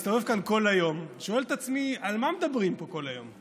מסתובב כאן כל היום ושואל את עצמי על מה מדברים פה כל היום,